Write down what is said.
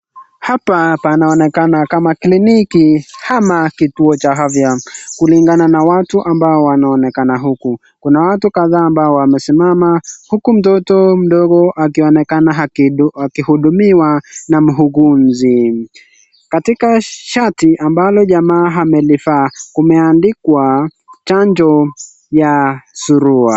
Hapa panaonekana kama kliniki ama kituo cha afya kulingana na watu ambao wanaonekana huku. Kuna watu kadhaa ambao wamesimama huku mtoto mdogo akionekana akihudumiwa na muuguzi. Katika shati ambalo jamaa amelivaa limeandikwa chanjo ya surua.